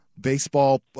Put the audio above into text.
Baseball